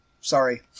Sorry